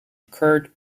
kurt